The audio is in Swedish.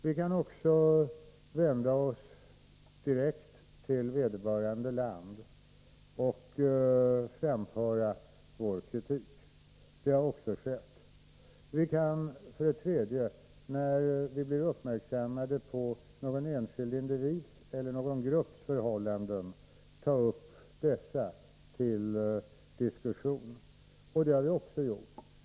Vi kan också vända oss direkt till vederbörande land och framföra vår kritik. Det har också skett. Vi kan vidare — när vi blivit uppmärksammade på någon enskild individs eller grupps förhållanden — ta upp dessa till diskussion. Det har vi också gjort.